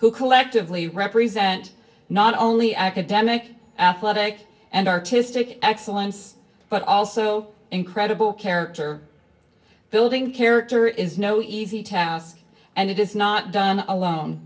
who collectively represent not only academic athletic and artistic excellence but also incredible character building character is no easy task and it is not done alone